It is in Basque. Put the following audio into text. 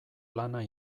lana